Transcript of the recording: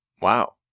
Wow